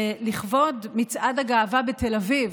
שלכבוד מצעד הגאווה בתל אביב,